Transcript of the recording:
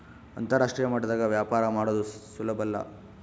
ಅಂತರಾಷ್ಟ್ರೀಯ ಮಟ್ಟದಾಗ ವ್ಯಾಪಾರ ಮಾಡದು ಸುಲುಬಲ್ಲ